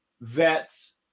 vets